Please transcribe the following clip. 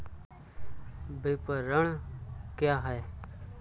विपणन क्या है?